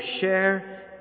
share